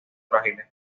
frágiles